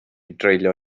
dreulio